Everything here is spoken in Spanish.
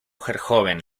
joven